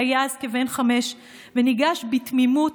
שהיה אז כבן חמש וניגש בתמימות